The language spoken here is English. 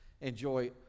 enjoy